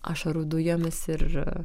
ašarų dujomis ir